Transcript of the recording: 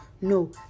No